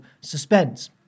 suspense